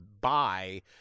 buy